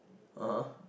ah [huh]